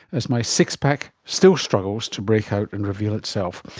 as my six-pack still struggles to break out and reveal itself.